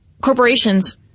corporations